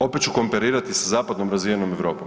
Opet ću komparirati sa zapadnom razvijenom Europom.